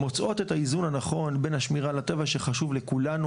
מוצאות את האיזון הנכון בין השמירה לטבע שחשוב לכולנו,